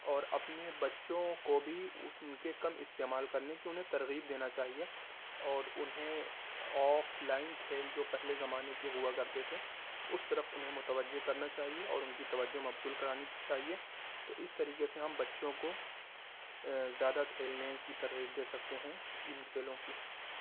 اور اپنےبچّوں کو بھی اس ان کے کم استعمال کرنے کی انہیں ترغیب دینا چاہیے اور انہیں آف لائن کھیل جو پہلے زمانے کے ہوا کرتے تھے اس طرف انہیں متوجہ کرنا چاہیے اور ان کی توجہ مبذول کرانی چاہیے تو اس طریقے سے ہم بچوں کو زیادہ کھیلنے کی ترغیب دے سکتے ہیں ان کھیلوں کی